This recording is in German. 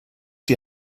die